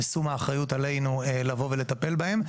ושם האחריות עלינו לבוא ולטפל בהם.